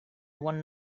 one